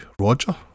Roger